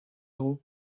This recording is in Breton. dro